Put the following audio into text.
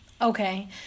Okay